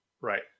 Right